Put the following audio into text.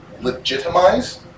legitimize